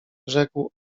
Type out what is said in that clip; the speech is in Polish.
rzekł